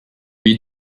vit